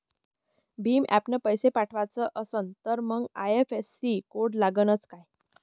भीम ॲपनं पैसे पाठवायचा असन तर मंग आय.एफ.एस.सी कोड लागनच काय?